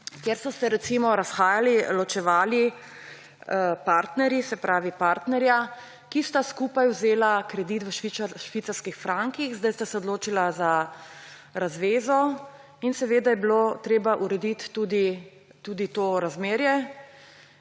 kjer so se razhajali, ločevali partnerji ‒ se pravi, partnerja, ki sta skupaj vzela kredit v švicarskih frankih. Zdaj sta se odločila za razvezo in seveda je bilo treba urediti tudi to razmerje